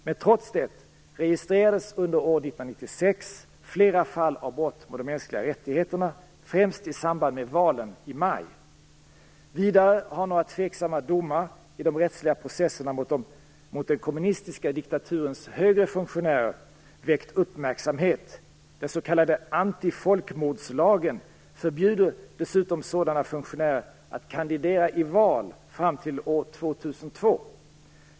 Men trots detta registrerades under år 1996 flera fall av brott mot de mänskliga rättigheterna, främst i samband med valen i maj. Vidare har några tveksamma domar i de rättsliga processerna mot den kommunistiska diktaturens högre funktionärer väckt uppmärksamhet. Den s.k. antifolkmordslagen förbjuder dessutom sådana funktionärer att kandidera i val fram till år 2002.